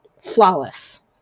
flawless